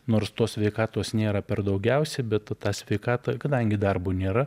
nors tos sveikatos nėra per daugiausiai bet tą sveikatą kadangi darbo nėra